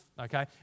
okay